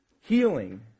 Healing